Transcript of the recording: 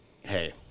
Hey